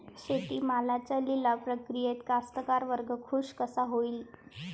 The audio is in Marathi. शेती मालाच्या लिलाव प्रक्रियेत कास्तकार वर्ग खूष कवा होईन?